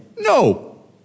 no